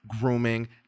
Grooming